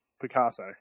Picasso